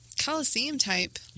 Coliseum-type